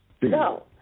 No